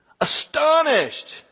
astonished